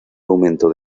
aumento